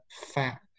fat